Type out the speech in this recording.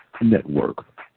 Network